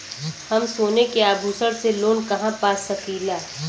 हम सोने के आभूषण से लोन कहा पा सकीला?